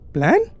Plan